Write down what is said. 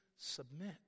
submit